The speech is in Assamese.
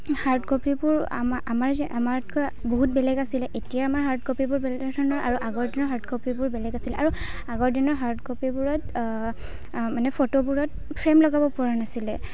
হাৰ্ড কপিবোৰ আমাতকৈ বহু বেলেগ আছিলে এতিয়া আমাৰ হাৰ্ড কপিবোৰ বেলেগ ধৰণৰ আৰু আগৰ দিনৰ হাৰ্ড কপিবোৰ বেলেগ আছিলে আৰু আগৰ দিনৰ হাৰ্ড কপিবোৰত মানে ফটোবোৰত ফ্ৰেম লগাব পৰা নাছিলে